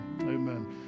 Amen